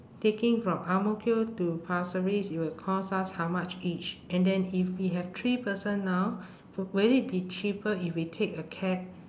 taking from ang mo kio to pasir ris it will cost us how much each and then if we have three person now w~ will it be cheaper if we take a cab